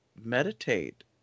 meditate